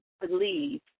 believe